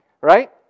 Right